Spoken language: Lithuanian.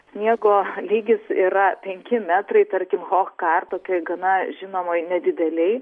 sniego lygis yra penki metrai tarkim hochkartu tai gana žinomoj nedidelėj